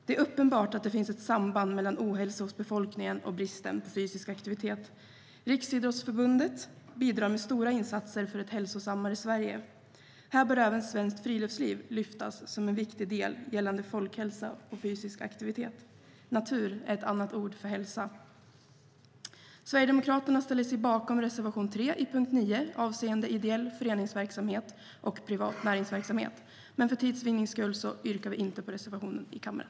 Det är uppenbart att det finns ett samband mellan ohälsa hos befolkningen och bristen på fysisk aktivitet. Riksidrottsförbundet bidrar med stora insatser för ett hälsosammare Sverige. Här bör även Svenskt Friluftsliv lyftas fram som en viktig del gällande folkhälsa och fysisk aktivitet. Natur är ett annat ord för hälsa. Sverigedemokraterna ställer sig bakom reservation 3 under punkt 9 avseende ideell föreningsverksamhet och privat näringsverksamhet, men för tids vinnande yrkar vi inte bifall till reservationen i kammaren.